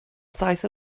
saith